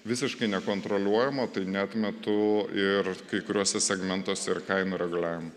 visiškai nekontroliuojama tai neatmetu ir kai kuriuose segmentuose ir kainų reguliavimo